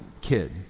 kid